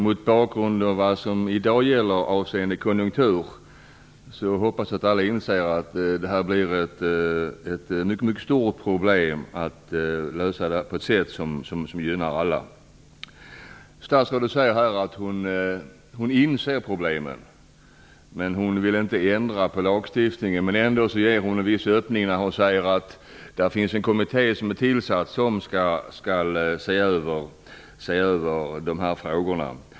Mot bakgrund av den konjunktur vi har i dag hoppas jag att alla inser att det kommer att bli mycket svårt att lösa det här problemet på ett sätt som gynnar alla. Statsrådet säger att hon inser problemet men att hon inte vill ändra lagstiftningen. Det är ändå en viss öppning när hon säger att det finns en tillsatt kommitté som skall se över dessa frågor.